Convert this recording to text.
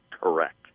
Correct